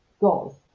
goals